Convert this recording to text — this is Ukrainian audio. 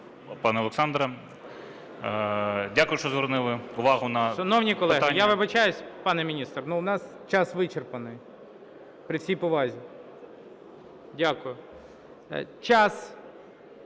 пане Олександре, дякую, що звернули увагу на питання...